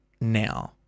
now